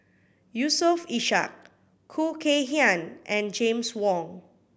Yusof Ishak Khoo Kay Hian and James Wong